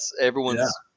everyone's